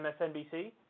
MSNBC